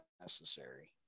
necessary